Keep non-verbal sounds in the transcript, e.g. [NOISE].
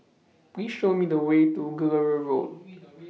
Please Show Me The Way to [UNINTELLIGIBLE] Road [NOISE]